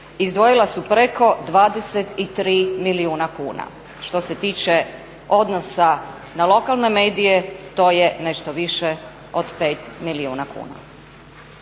izdvojila su preko 23 milijuna kuna, što se tiče odnosa na lokalne medije to je nešto više od 5 milijuna kuna.